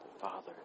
father